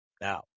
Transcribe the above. Now